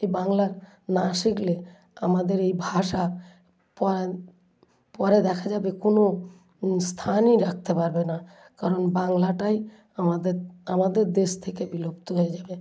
এই বাংলা না শিখলে আমাদের এই ভাষা পরান পরে দেখা যাবে কোনো স্থানই রাখতে পারবে না কারণ বাংলাটাই আমাদের আমাদের দেশ থেকে বিলুপ্ত হয়ে যাবে